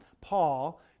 Paul